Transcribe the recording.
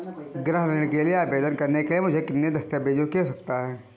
गृह ऋण के लिए आवेदन करने के लिए मुझे किन दस्तावेज़ों की आवश्यकता है?